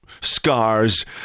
scars